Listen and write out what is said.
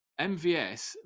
MVS